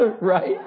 Right